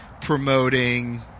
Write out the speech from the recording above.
Promoting